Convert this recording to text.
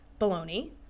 baloney